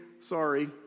Sorry